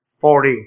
forty